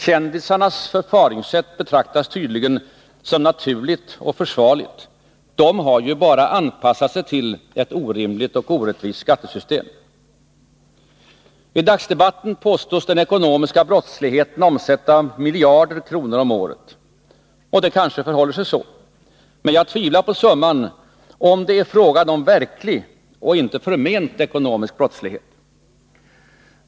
Kändisarnas förfaringssätt betraktas tydligen som naturligt och försvarligt. De har ju bara anpassat sig till ett orimligt och orättvist skattesystem. I dagsdebatten påstods den ekonomiska brottsligheten omsätta miljarder kronor om året. Det förhåller sig kanske så. Jag tvivlar på summan, om det är fråga om verklig och inte förment ekonomisk brottlighet.